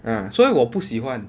ah 所以我不喜欢